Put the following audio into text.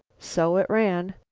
so it ran.